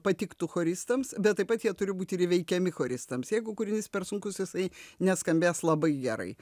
patiktų choristams bet taip pat jie turi būti ir įveikiami choristams jeigu kūrinys per sunkus jisai neskambės labai gerai